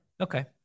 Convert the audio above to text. Okay